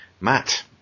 Matt